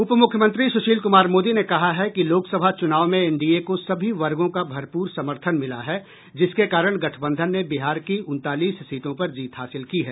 उप मुख्यमंत्री सुशील कुमार मोदी ने कहा है कि लोकसभा चुनाव में एनडीए को सभी वर्गों का भरपूर सर्मथन मिला है जिसके कारण गठबंधन ने बिहार की उनचालीस सीटों पर जीत हासिल की है